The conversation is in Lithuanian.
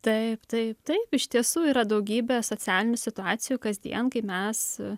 taip taip taip iš tiesų yra daugybė socialinių situacijų kasdien kai mes